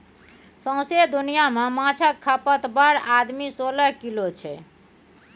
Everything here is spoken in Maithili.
सौंसे दुनियाँ मे माछक खपत पर आदमी सोलह किलो छै